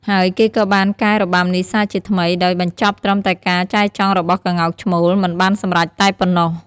ហើយគេក៏បានកែរបាំនេះសាជាថ្មី ដោយបញ្ចប់ត្រឹមតែការចែចង់របស់ក្ងោកឈ្មោល មិនបានសម្រេចតែប៉ុណ្ណោះ។